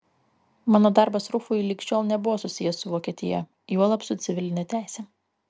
mano darbas rufui lig šiol nebuvo susijęs su vokietija juolab su civiline teise